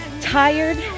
tired